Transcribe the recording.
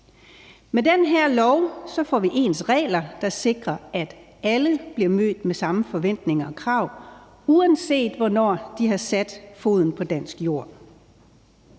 Med den her lov får vi ens regler, der sikrer, at alle bliver mødt med samme forventninger og krav, uanset hvornår de har sat foden på dansk jord.